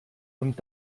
und